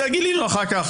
זה גילינו אחר כך.